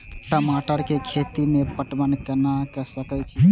टमाटर कै खैती में पटवन कैना क सके छी?